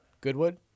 Goodwood